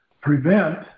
prevent